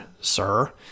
sir